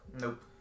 Nope